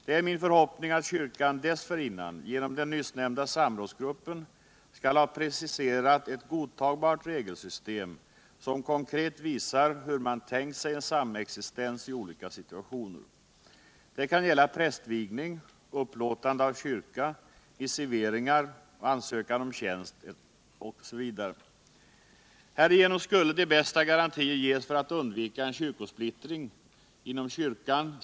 Det är min förhoppning att kyrkan dessförinnan genom den nyssnämnda samrådsgruppen skall ha preciserat ett godtagbart regelsystem, som konkret visar hur man tänkt sig en samexistens i olika situationer. Det kan t.ex. gälla prästvigning. upplåtande av kyrka, missiveringar och ansökan om tjänst. Härigenom skulle de bästa garantier ges för att undvika en splittring inom kyrkan.